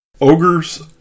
Ogres